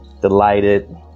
delighted